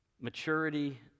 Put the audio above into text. maturity